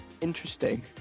interesting